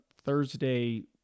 Thursday